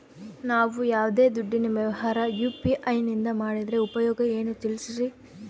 ನಾವು ಯಾವ್ದೇ ದುಡ್ಡಿನ ವ್ಯವಹಾರ ಯು.ಪಿ.ಐ ನಿಂದ ಮಾಡಿದ್ರೆ ಉಪಯೋಗ ಏನು ತಿಳಿಸ್ರಿ?